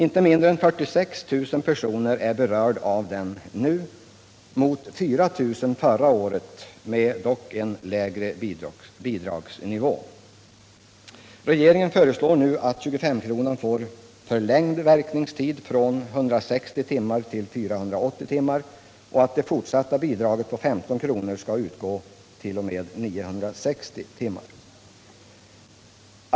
Inte mindre än 46 000 personer är berörda av denna bidragsform mot 4 000 förra året, dock med en lägre bidragsnivå.